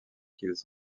qu’ils